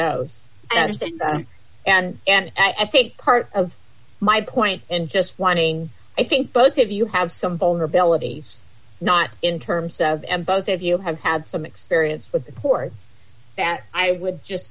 goes and and i think part of my point and just wanting i think both of you have some vulnerabilities not in terms of and both of you have had some experience with support that i would